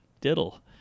diddle